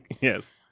yes